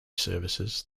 services